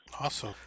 Awesome